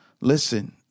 Listen